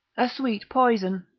a sweet poison,